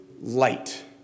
light